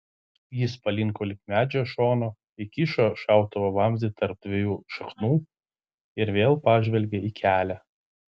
jis palinko link medžio šono įkišo šautuvo vamzdį tarp dviejų šaknų ir vėl pažvelgė į kelią